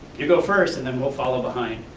you go first and then we'll follow behind.